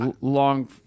long